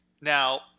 Now